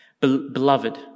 Beloved